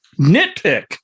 nitpick